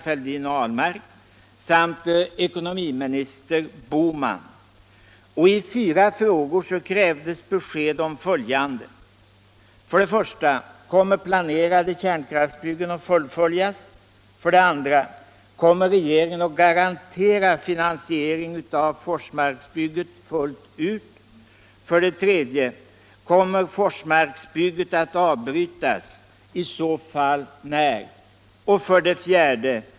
Härtill kommer tjänstemän och övriga med byggandet verksamma. 2. Kommer regeringen att garantera finansiering av Forsmarksbygget fullt ut? 4.